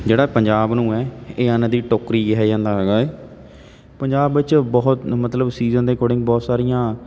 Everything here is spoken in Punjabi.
ਜਿਹੜਾ ਪੰਜਾਬ ਨੂੰ ਹੈ ਇਹ ਅੰਨ ਦੀ ਟੋਕਰੀ ਕਿਹਾ ਜਾਂਦਾ ਹੈਗਾ ਹੈ ਪੰਜਾਬ ਵਿੱਚ ਬਹੁਤ ਮਤਲਬ ਸੀਜ਼ਨ ਦੇ ਅਕੋਡਿੰਗ ਬਹੁਤ ਸਾਰੀਆਂ